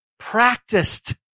practiced